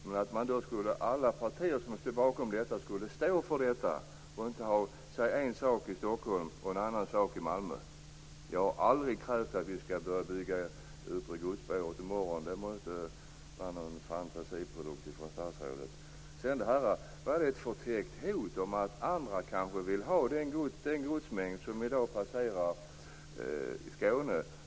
Sedan skulle alla partier som står bakom beslutet stå för det och inte säga en sak i Stockholm och en annan sak i Malmö. Jag har aldrig krävt att det yttre godsspåret skall börja byggas i morgon. Det måste vara en fantasiprodukt från statsrådets sida. Är det ett förtäckt hot att andra kan vilja ha den godsmängd som i dag passerar Skåne?